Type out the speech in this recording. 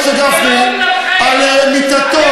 זה על אף מערכת החינוך.